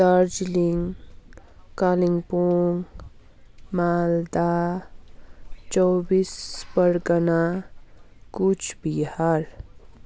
Darjeeling Kalimpong Malda Chaubis Pargana Cooch Behar